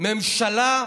לפני בדיקה?